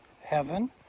heaven